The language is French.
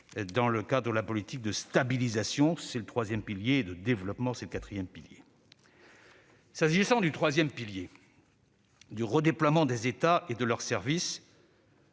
dans le cadre de la politique de stabilisation- c'est le troisième pilier -et de développement- c'est le quatrième pilier. S'agissant du troisième pilier- le redéploiement des États et de leurs services